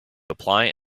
apply